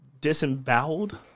disemboweled